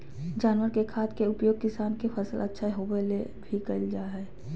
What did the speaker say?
जानवर के खाद के उपयोग किसान के फसल अच्छा होबै ले भी कइल जा हइ